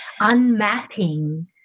unmapping